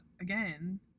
again